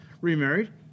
remarried